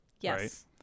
yes